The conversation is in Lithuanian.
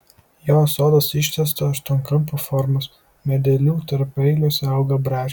jo sodas ištęsto aštuonkampio formos medelių tarpueiliuose auga braškės